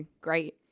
great